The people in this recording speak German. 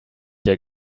der